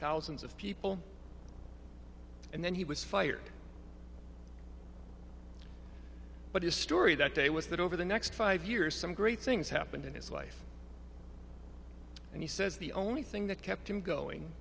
thousands of people and then he was fired but his story that day was that over the next five years some great things happened in his life and he says the only thing that kept him going